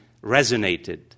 resonated